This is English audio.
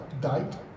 died